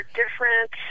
different